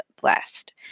blessed